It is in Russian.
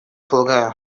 полагаю